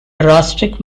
drastic